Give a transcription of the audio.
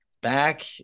back